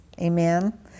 Amen